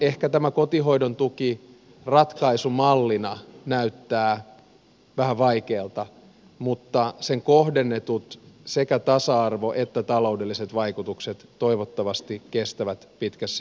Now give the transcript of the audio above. ehkä tämä kotihoidon tuki ratkaisumallina näyttää vähän vaikealta mutta sen kohdennetut sekä tasa arvo että taloudelliset vaikutukset toivottavasti kestävät pitkässä juoksussa päivänvalon